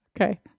Okay